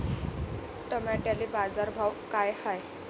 टमाट्याले बाजारभाव काय हाय?